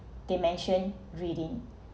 they mention reading